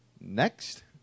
Next